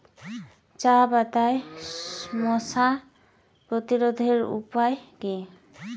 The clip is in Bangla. চাপাতায় মশা প্রতিরোধের উপায় কি?